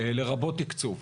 לרבות תקצוב.